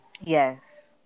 yes